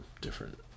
different